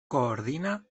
coordina